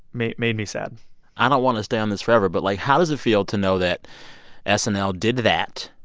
made made me sad i don't want to stay on this forever, but, like, how does it feel to know that and snl did that.